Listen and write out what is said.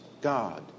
God